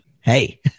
hey